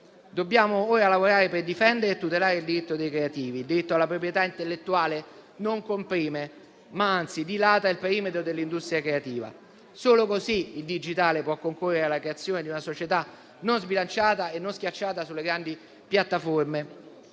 Dobbiamo ora lavorare per difendere e tutelare il diritto dei creativi; il diritto alla proprietà intellettuale non comprime, ma anzi dilata il perimetro dell'industria creativa. Solo così il digitale può concorrere alla creazione di una società non sbilanciata e non schiacciata sulle grandi piattaforme.